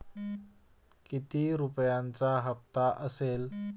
किती रुपयांचा हप्ता असेल?